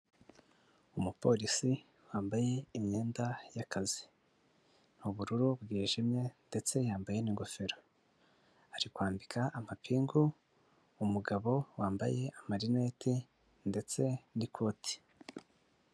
Umupolisi wambaye imyenda y'akazi. Ni ubururu bwijimye ndetse yambaye n'ingofero. Ari kwambika amapingu umugabo wambaye amarinete ndetse n'ikoti.